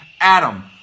Adam